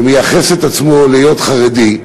שמייחס את עצמו להיות חרדי,